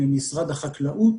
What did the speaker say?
ממשרד החקלאות,